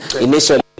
Initially